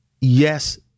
Yes